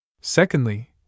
Secondly